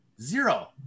Zero